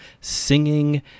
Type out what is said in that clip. singing